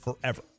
Forever